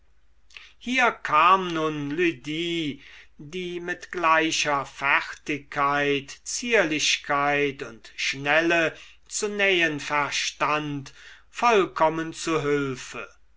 hier kam nun lydie die mit gleicher fertigkeit zierlichkeit und schnelle zu nähen verstand vollkommen zu hülfe